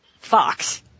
fox